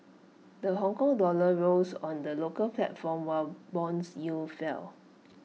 the Hongkong dollar rose on the local platform while Bond yields fell